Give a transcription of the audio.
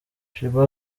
sheebah